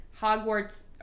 Hogwarts